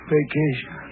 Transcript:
Vacation